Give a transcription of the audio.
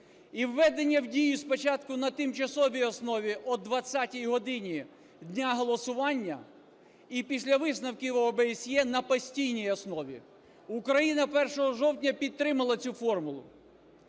і введення в дію спочатку на тимчасовій основі о 20 годині дня голосування і після висновків ОБСЄ на постійній основі. Україна 1 жовтня підтримала цю формулу.